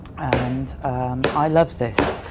and i love this.